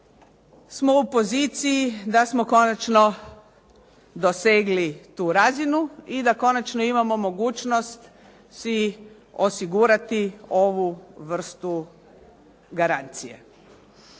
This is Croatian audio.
smo u poziciji da smo konačno dosegli tu razinu i da konačno imamo mogućnost si osigurati ovu vrstu garancije.